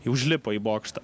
užlipo į bokštą